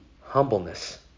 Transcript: humbleness